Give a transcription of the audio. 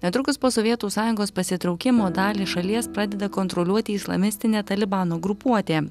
netrukus po sovietų sąjungos pasitraukimo dalį šalies pradeda kontroliuoti islamistinė talibano grupuotė